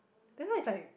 this one is like